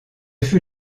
fut